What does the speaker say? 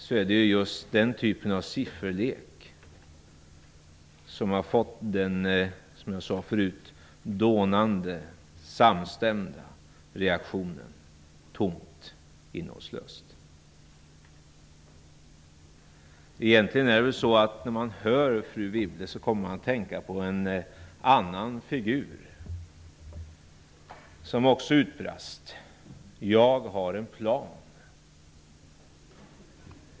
Det är just den typen av sifferlek som har åstadkommit en dånande samstämmig reaktion: Politiken är tom och innehållslös. När jag hör fru Wibble kommer jag att tänka på en annan figur som också utbrast: Jag har en plan.